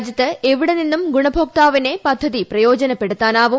രാജ്യത്ത് എവിടെനിന്നും ഗുണഭോക്താവിന് പദ്ധതി പ്രയോജനപ്പെടുത്താനാവും